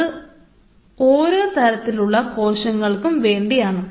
അത് ഓരോ തരത്തിലുള്ള കോശങ്ങൾക്കും വേണ്ടിയിട്ടാണ്